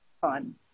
fun